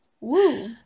woo